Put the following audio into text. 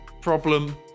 problem